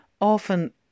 often